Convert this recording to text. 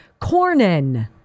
Cornyn